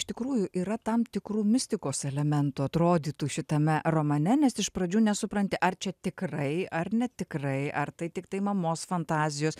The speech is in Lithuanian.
iš tikrųjų yra tam tikrų mistikos elementų atrodytų šitame romane nes iš pradžių nesupranti ar čia tikrai ar ne tikrai ar tai tiktai mamos fantazijos